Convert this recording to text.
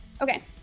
Okay